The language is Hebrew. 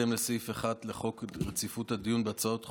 בהתאם לסעיף 1 לחוק רציפות הדיון בהצעות חוק,